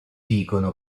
dicono